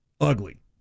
ugly